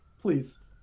Please